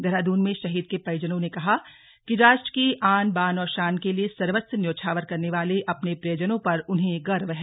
देहरादून में शहीद के परिजनों ने कहा कि राष्ट्र की आन बान और शान के लिए सर्वस्व न्योछावर करने वाले अपने प्रियजनों पर उन्हें गर्व है